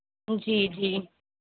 جی جی